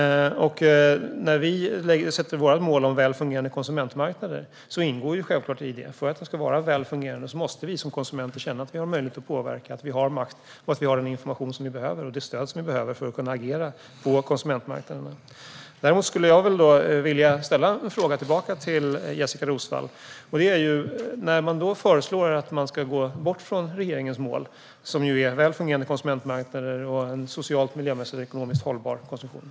När vi sätter vårt mål om väl fungerande konsumentmarknader ingår självklart i att de ska vara väl fungerande att vi som konsumenter måste känna att vi har möjlighet att påverka, har makt och den information och det stöd vi behöver för att agera på konsumentmarknaderna. Jag vill ställa en fråga tillbaka till Jessika Roswall. Man föreslår att man ska gå bort från regeringens mål, som är väl fungerande konsumentmarknader och en socialt, miljömässigt och ekonomiskt hållbar konsum-tion.